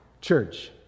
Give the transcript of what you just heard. Church